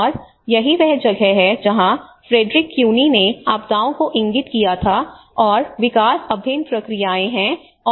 और यही वह जगह है जहां फ्रेडरिक क्यूनी ने आपदाओं को इंगित किया था और विकास अभिन्न प्रक्रियाएं हैं और वे अलग नहीं हैं